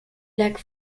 lac